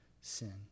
sin